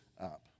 up